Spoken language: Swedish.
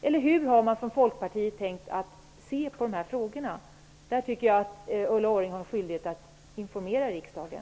Eller hur har man från Folkpartiet tänkt i dessa frågor? Där tycker jag att Ulla Orring har en skyldighet att informera riksdagen.